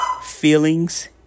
feelings